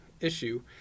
issue